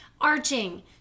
arching